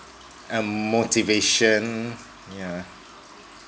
um motivation yeah